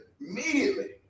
immediately